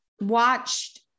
watched